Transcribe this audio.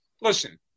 listen